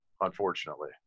unfortunately